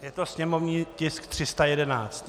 Je to sněmovní tisk 311.